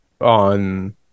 on